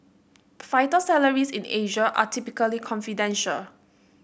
fighter salaries in Asia are typically confidential